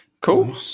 Cool